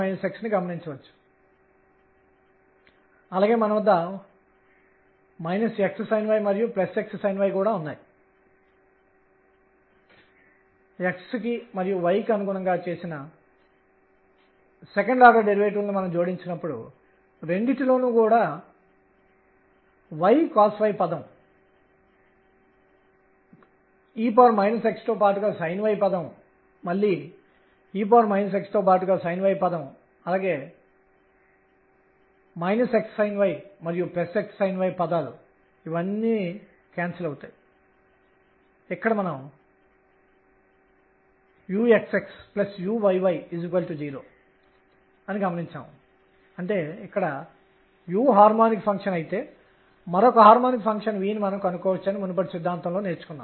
కక్ష్యలు అవి xy తలంలో ఉండవచ్చు లేదా అవి వంగి ఉండవచ్చు కానీ అవి ఏకపక్షంగా వంగి ఉండవు z కాంపోనెంట్ అంశం ఇప్పటికీ యొక్క పూర్ణాంక గుణింతం మరియు మొత్తం కోణీయ ద్రవ్యవేగం అలాగే ఉండేలా అవి వంగి ఉంటాయి కాబట్టి కోణీయ ద్రవ్యవేగం యొక్క మొత్తం ద్రవ్యవేగం మరియు z కి సంబంధించి n మరియు n అనే 2 క్వాంటం సంఖ్యలను మనము కనుగొన్నాము